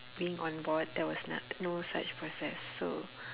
being on board there was not no such process so